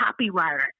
copywriter